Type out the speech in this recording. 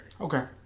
Okay